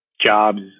jobs